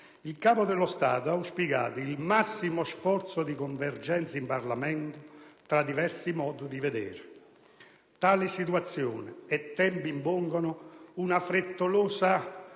il Capo dello Stato ha auspicato «il massimo sforzo di convergenza, in Parlamento, tra i diversi modi di vedere. Tali situazioni e tempi impongono una non frettolosa